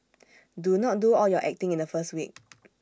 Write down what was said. do not do all your acting in the first week